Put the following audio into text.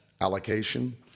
allocation